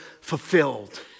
fulfilled